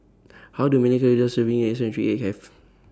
How Do Many Calories Does A Serving of Century Egg Have